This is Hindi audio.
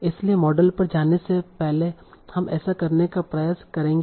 इसलिए मॉडल पर जाने से पहले हम ऐसा करने का प्रयास करेंगे